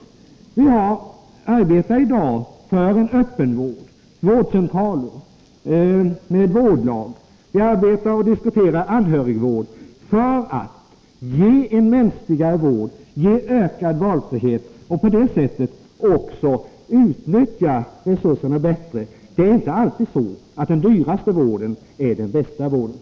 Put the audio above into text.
Vi arbetar i dag för en öppenvård, vårdcentraler med vårdlag. Vi arbetar med och diskuterar anhörigvård för att ge en mänskligare vård och ge ökad valfrihet och på det sättet också utnyttja resurserna bättre. Den dyraste vården är inte alltid den bästa vården.